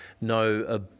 no